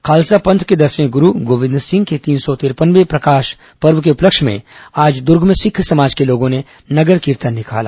खालसा पंथ के दसवें गुरू गोविंद सिंह के तीन सौ तिरपनवें प्रकाश पर्व के उपलक्ष्य में आज दुर्ग में सिख समाज के लोगों ने नगर कीर्तन निकाला